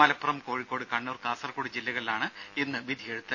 മലപ്പുറം കോഴിക്കോട് കണ്ണൂർ കാസർകോട് ജില്ലകളിലാണ് ഇന്ന് വിധി എഴുത്ത്